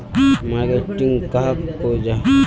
Marketing कहाक को जाहा?